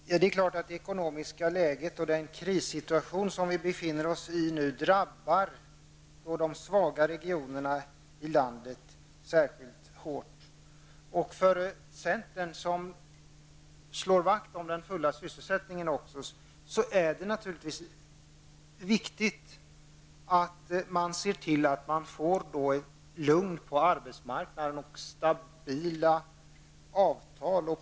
Herr talman! Det är klart att det ekonomiska läget och den krissituation som vi nu befinner oss i särskilt hårt drabbar de svaga regionerna i landet. Centern slår vakt om den fulla sysselsättningen. Vi anser naturligtvis att det är viktigt att man ser till att det blir lugnt på arbetsmarknaden och att det träffas stabila avtal.